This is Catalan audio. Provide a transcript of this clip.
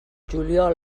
juliol